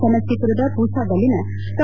ಸಮಷ್ಟಿಪುರದ ಪೂಸಾದಲ್ಲಿನ ಡಾ